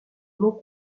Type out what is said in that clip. non